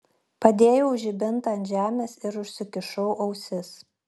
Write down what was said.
padėjau žibintą ant žemės ir užsikišau ausis